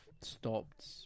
stopped